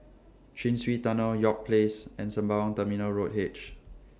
Chin Swee Tunnel York Place and Sembawang Terminal Road H